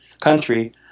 country